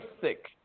sick